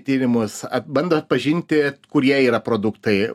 tyrimus bando atpažinti kurie yra produktai